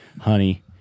honey